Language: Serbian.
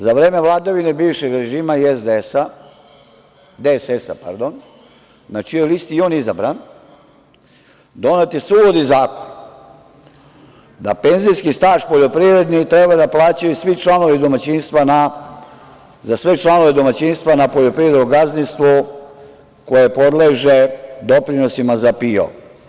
Za vreme vladavine bivšeg režima i DSS, na čijoj listi je i on izabran, donet je suludi zakon, da penzijski staž poljoprivredni treba da plaćaju za sve članove domaćinstva na poljoprivrednom gazdinstvu koje podleže doprinosima za PIO.